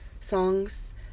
songs